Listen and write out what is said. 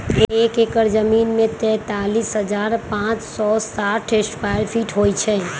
एक एकड़ जमीन में तैंतालीस हजार पांच सौ साठ स्क्वायर फीट होई छई